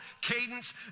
cadence